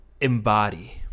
embody